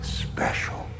special